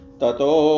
tato